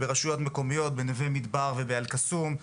ורשויות מקומיות בנווה מדבר ובאל קסום,